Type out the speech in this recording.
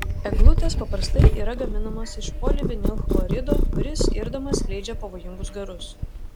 eglutės paprastai yra gaminamos iš polivinilchlorido kuris irdamas skleidžia pavojingus garus